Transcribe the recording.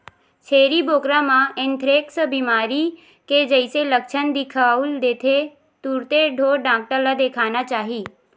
छेरी बोकरा म एंथ्रेक्स बेमारी के जइसे लक्छन दिखउल देथे तुरते ढ़ोर डॉक्टर ल देखाना चाही